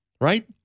Right